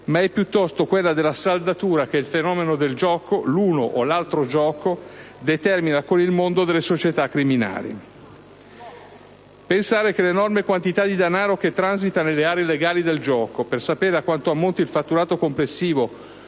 ma è piuttosto quella della saldatura che il fenomeno del gioco - l'uno o l'altro gioco - determina con il mondo delle società criminali. Pensare che l'enorme quantità di danaro che transita nelle aree legali del gioco - per sapere a quanto ammonti il fatturato complessivo,